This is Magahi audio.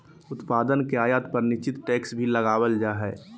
उत्पाद के आयात पर निश्चित टैक्स भी लगावल जा हय